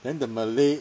then the malay